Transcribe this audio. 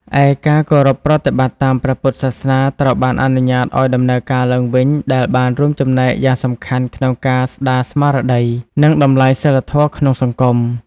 ឯ ការគោរពប្រតិបត្តិតាមព្រះពុទ្ធសាសនាត្រូវបានអនុញ្ញាតឱ្យដំណើរការឡើងវិញ ដែលបានរួមចំណែកយ៉ាងសំខាន់ក្នុងការស្ដារស្មារតី និងតម្លៃសីលធម៌ក្នុងសង្គម។